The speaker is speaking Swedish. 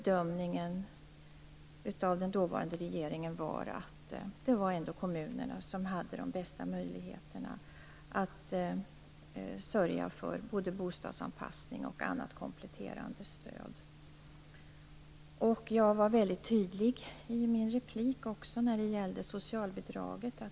Den dåvarande regeringens bedömning var att det var kommunerna som hade de bästa möjligheterna att sörja för både bostadsanpassning och annat kompletterande stöd. Jag var väldigt tydlig i mitt inlägg också när det gällde socialbidraget.